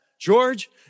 George